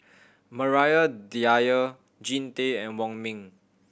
Maria Dyer Jean Tay and Wong Ming